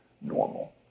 normal